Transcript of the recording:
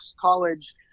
college